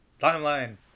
timeline